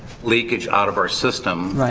leakage out of our system